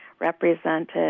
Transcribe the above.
represented